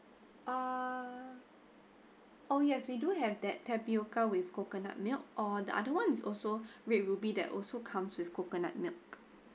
oh yes we do have that tapioca with coconut milk or the other one is also red ruby that also comes with coconut milk